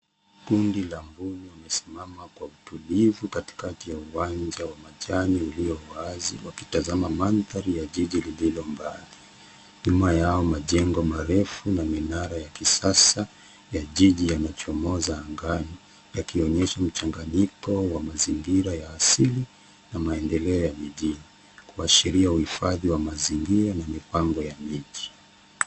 Kundi la mbuni wamesimama kwa utulivu katikati ya uwanja wa majani uliowazi wakitazama mandhari ya jiji lililo mbali. Nyuma yao majengo marefu na minara ya kisasa ya jiji yanachomoza angani, yakionyesha mchanganyiko wa mazingira ya asili na maendeleo ya mijini, kuashiria uhifadhi wa mazingira na mipango ya miji.